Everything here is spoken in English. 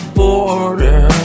border